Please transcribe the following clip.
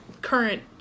current